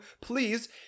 please